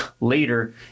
later